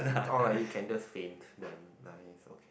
alright you can just faint then nice okay